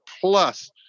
Plus